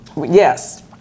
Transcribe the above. Yes